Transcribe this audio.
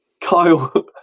Kyle